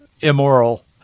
immoral